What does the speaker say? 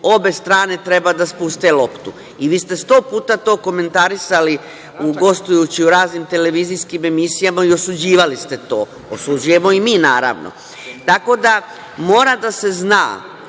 obe strane treba da spuste loptu. Vi ste to sto puta komentarisali gostujući u raznim televizijskim emisijama i osuđivali ste to. Osuđujemo i mi, naravno. Mora da se zna